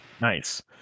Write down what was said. Nice